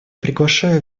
приглашаю